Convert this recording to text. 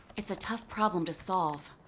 it's a tough problem to solve.